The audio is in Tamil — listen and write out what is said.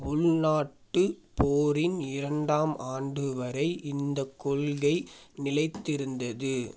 உள்நாட்டுப் போரின் இரண்டாம் ஆண்டு வரை இந்தக் கொள்கை நிலைத்திருந்தது